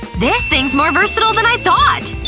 this thing's more versatile than i thought!